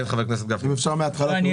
אם אתם חושבים שאנחנו בובה,